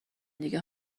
دیگه